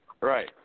right